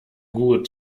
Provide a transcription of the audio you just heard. gut